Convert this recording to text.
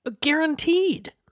Guaranteed